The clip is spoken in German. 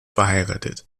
verheiratet